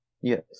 Yes